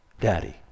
daddy